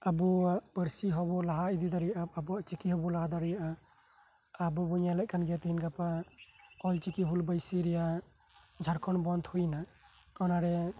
ᱟᱵᱚᱣᱟᱜ ᱯᱟᱹᱨᱥᱤ ᱦᱚᱸᱵᱚ ᱞᱟᱦᱟ ᱤᱫᱤ ᱫᱟᱲᱮᱣᱭᱟᱜᱼᱟ ᱟᱵᱚᱣᱟᱜ ᱪᱤᱠᱤ ᱦᱚᱸᱵᱚ ᱞᱟᱦᱟ ᱤᱫᱤ ᱫᱟᱲᱮᱣᱟᱜᱼᱟ ᱟᱵᱚ ᱵᱚ ᱧᱮᱞᱮᱫ ᱠᱟᱱ ᱜᱮᱭᱟ ᱛᱮᱦᱮᱧ ᱜᱟᱯᱟ ᱚᱞ ᱪᱤᱠᱤ ᱦᱩᱞ ᱵᱟᱭᱥᱤ ᱨᱮᱭᱟᱜ ᱡᱷᱟᱲᱠᱷᱚᱱᱰ ᱵᱚᱸᱫ ᱦᱩᱭ ᱱᱟ ᱚᱱᱟ ᱨᱮ